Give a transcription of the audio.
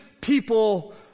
people